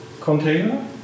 container